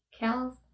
Kels